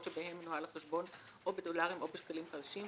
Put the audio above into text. שבהם מנוהל החשבון או בדולרים או בשקלים חדשים,